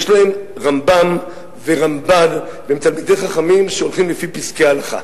יש להם רמב"ם ורמב"ן והם תלמידי חכמים שהולכים לפי פסקי הלכה.